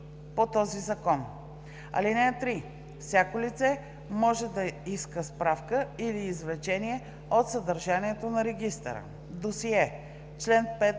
закон. (3) Всяко лице може да иска справка или извлечение от съдържанието на регистъра. Досие Чл. 5в.